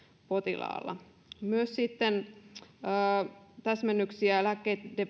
potilaalla myös sitten lääkkeiden